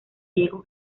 diego